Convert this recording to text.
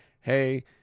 Hey